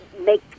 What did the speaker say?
make